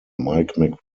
mike